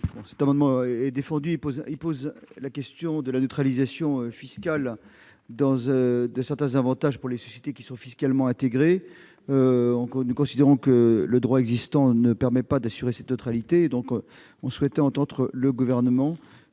Cet amendement tend à poser la question de la neutralisation fiscale de certains avantages pour les sociétés fiscalement intégrées. Nous considérons que le droit existant ne permet pas d'assurer cette neutralité. Nous avons donc souhaité entendre le Gouvernement,